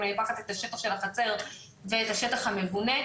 אם אני לוקחת את השטח של החצר ואת השטח המבונה.